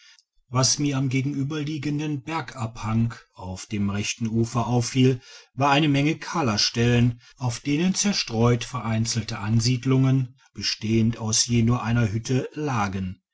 was mir am gegenüber liegenden bergabhang auf dem rechten ufer auffiel war eine menge kahler stellen auf denen zerstreut vereinzelte ansiedelungen bestehend aus je nur einer hütte lagen